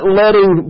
letting